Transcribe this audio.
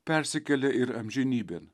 persikėlė ir amžinybėn